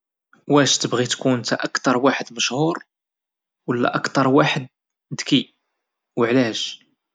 واش تبغي تكون أكثر واحد مشهور ولا أكثر واحد ذكي وعلاش؟